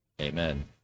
Amen